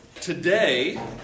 Today